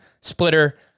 splitter